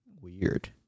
weird